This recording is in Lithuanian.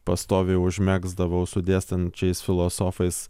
pastoviai užmegzdavau su dėstančiais filosofais